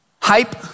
hype